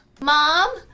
Mom